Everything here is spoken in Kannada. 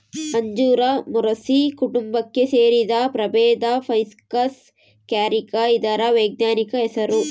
ಅಂಜೂರ ಮೊರಸಿ ಕುಟುಂಬಕ್ಕೆ ಸೇರಿದ ಪ್ರಭೇದ ಫೈಕಸ್ ಕ್ಯಾರಿಕ ಇದರ ವೈಜ್ಞಾನಿಕ ಹೆಸರು